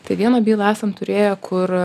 tai vieną bylą esam turėję kur